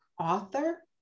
author